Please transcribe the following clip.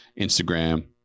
Instagram